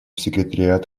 секретариат